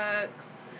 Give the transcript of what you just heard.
books